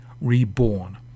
reborn